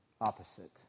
opposite